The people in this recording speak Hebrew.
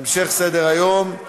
המשך סדר-היום: